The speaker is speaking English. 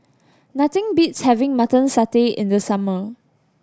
nothing beats having Mutton Satay in the summer